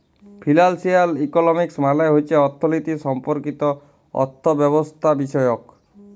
financial economics মালে হছে অথ্থলিতি সম্পর্কিত অথ্থব্যবস্থাবিষয়ক